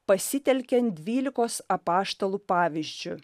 pasitelkiant dvylikos apaštalų pavyzdžiu